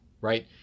right